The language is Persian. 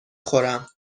خورم